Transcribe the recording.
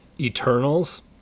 Eternals